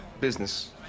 business